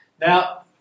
Now